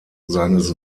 seines